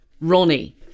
Ronnie